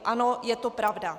Ano, je to pravda.